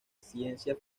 ciencia